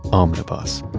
omnibus.